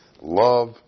Love